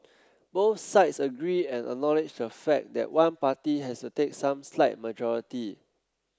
both sides agree and acknowledge the fact that one party has to take some slight majority